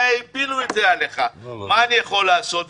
הפילו את זה עליך, מה אני יכול לעשות.